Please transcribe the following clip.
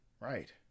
Right